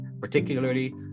particularly